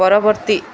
ପରବର୍ତ୍ତୀ